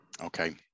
Okay